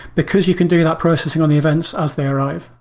because you can do that processing on the events as they arrive.